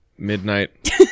Midnight